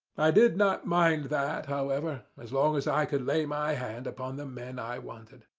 i did not mind that, however, as long as i could lay my hand upon the men i wanted.